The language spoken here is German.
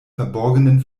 verborgenen